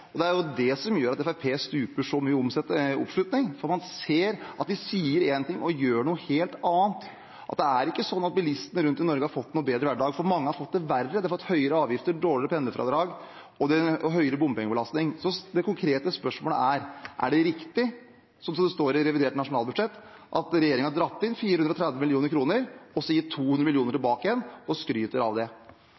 og gitt 200 mill. kr tilbake. Og så skryter man av det. Det er det som gjør at Fremskrittspartiet stuper så mye i oppslutning. Man ser at de sier én ting og gjør noe helt annet. Det er ikke sånn at bilistene rundt om i Norge har fått en bedre hverdag, mange har fått det verre. De har fått høyere avgifter, dårligere pendlerfradrag og høyere bompengebelastning. Det konkrete spørsmålet er: Er det riktig, som det står i revidert nasjonalbudsjett, at regjeringen har dratt inn 430 mill. kr og gitt 200